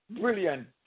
Brilliant